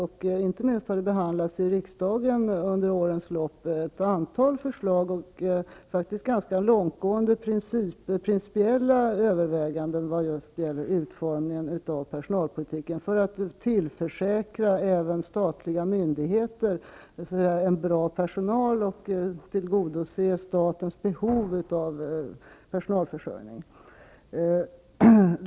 Det har inte minst i riksdagen under årens lopp behandlats ett antal förslag, och det har gjorts långtgående principiella överväganden när det gäller utformningen av personalpolitiken just för att man skall kunna tillförsäkra även statliga myndigheter en bra personal och tillgodose statens behov av personalförsörjning.